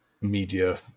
media